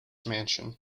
mansion